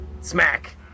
Smack